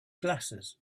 glasses